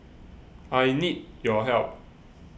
I need your help